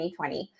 2020